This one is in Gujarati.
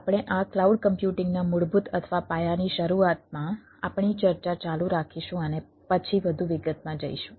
આપણે આ ક્લાઉડ કમ્પ્યુટિંગના મૂળભૂત અથવા પાયાની શરૂઆતમાં આપણી ચર્ચા ચાલુ રાખીશું અને પછી વધુ વિગતમાં જઈશું